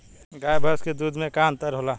गाय भैंस के दूध में का अन्तर होला?